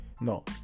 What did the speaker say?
No